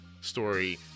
story